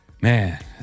Man